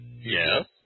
Yes